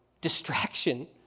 distraction